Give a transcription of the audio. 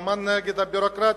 מלחמה נגד הביורוקרטיה.